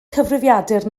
cyfrifiadur